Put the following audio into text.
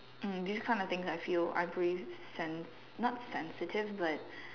mm I these kind of things I feel are pretty sen~ not sensitive but